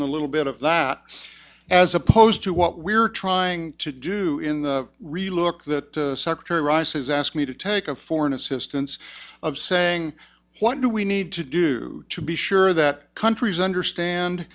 in a little bit of that as opposed to what we're trying to do in the relook that secretary rice has asked me to take a foreign assistance of saying what do we need to do to be sure that countries understand